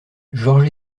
george